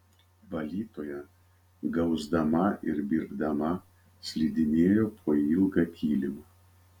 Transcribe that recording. valytoja gausdama ir birbdama slidinėjo po ilgą kilimą